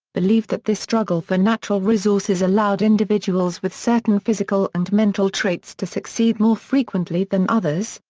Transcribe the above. believed that this struggle for natural resources allowed individuals with certain physical and mental traits to succeed more frequently than others,